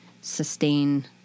sustain